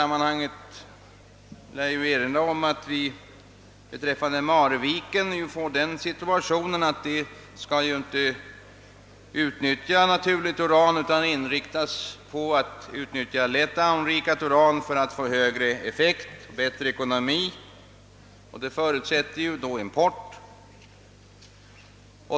Marviken skall t.ex. inte utnyttja naturligt uran utan inriktas på att utnyttja lätt anrikat uran för att få högre effekt och bättre ekonomi. Detta förutsätter import.